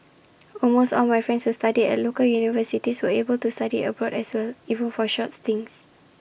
almost all my friends who studied at local universities were able to study abroad as well even for short stints